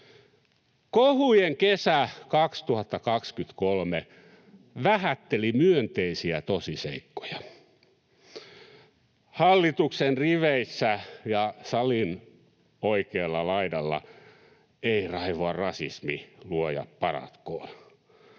Kohujen kesä 2023 vähätteli myönteisiä tosiseikkoja. Hallituksen riveissä ja salin oikealla laidalla ei raivoa rasismi, luoja paratkoon.